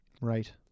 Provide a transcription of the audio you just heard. Right